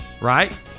Right